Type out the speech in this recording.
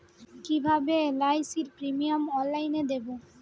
কিভাবে LIC premium অনলাইনে দেবো?